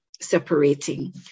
separating